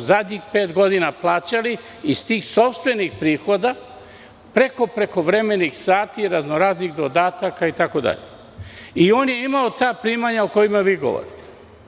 zadnjih pet godina, plaćali iz sopstvenih prihoda preko prekovremenih sati i raznoraznih dodataka itd, i on je imao ta primanja o kojima vi govorite.